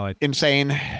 insane